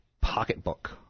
pocketbook